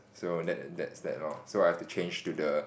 so that that's that lor so I have to change to the